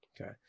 Okay